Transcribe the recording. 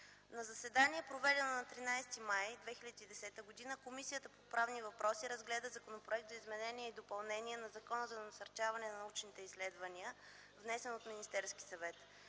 На заседание, проведено на 13 май 2010 г., Комисията по правни въпроси разгледа Законопроекта за изменение и допълнение на Закона за насърчаване на научните изследвания, внесен от Министерския съвет.